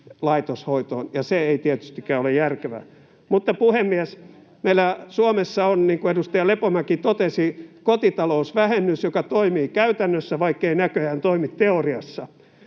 laitoshoitoon, ja se ei tietystikään ole järkevää. Mutta, puhemies, meillä Suomessa on, niin kuin edustaja Lepomäki totesi, kotitalousvähennys, joka toimii käytännössä, vaikkei näköjään toimi teoriassa.